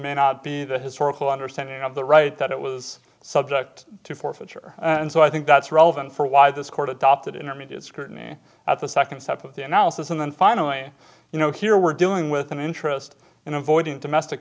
man be the historical understanding of the right that it was subject to forfeiture and so i think that's relevant for why this court adopted intermediate scrutiny at the second step of the analysis and then finally you know here we're dealing with an interest in avoiding domestic